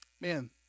man